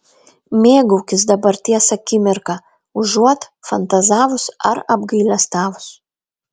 mėgaukis dabarties akimirka užuot fantazavus ar apgailestavus